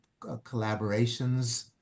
collaborations